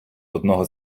одного